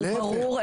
הוא ברור.